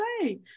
say